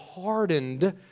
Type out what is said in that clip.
hardened